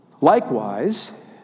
Likewise